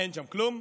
אין שם כלום.